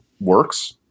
works